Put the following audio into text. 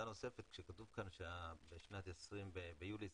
כשכתוב כאן שביולי 21'